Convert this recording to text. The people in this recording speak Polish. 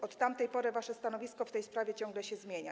Od tamtej pory wasze stanowisko w tej sprawie ciągle się zmienia.